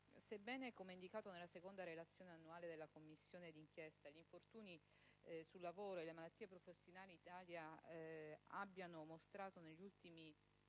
sebbene, come indicato nella seconda relazione annuale della Commissione d'inchiesta, gli infortuni sul lavoro e le malattie professionali in Italia abbiano mostrato negli ultimi